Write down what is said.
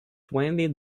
twenty